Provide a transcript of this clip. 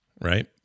right